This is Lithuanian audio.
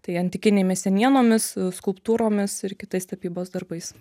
tai antikinėmis senienomis skulptūromis ir kitais tapybos darbais